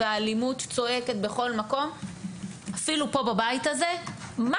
והאלימות צועקת בכל מקום אפילו פה בבית הזה - מה